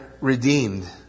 redeemed